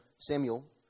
Samuel